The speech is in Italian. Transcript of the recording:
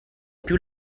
più